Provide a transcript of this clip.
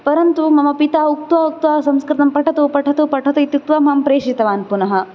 परन्तु मम पिता उक्त्वा उक्त्वा संस्कृतं पठतु पठतु पठतु इत्युक्त्वा मां प्रेषितवान् पुनः